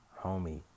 Homie